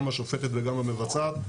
גם השופטת וגם המבצעת.